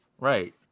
Right